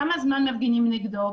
כמה זמן מפגינים נגדו,